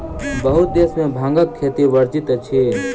बहुत देश में भांगक खेती वर्जित अछि